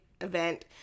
event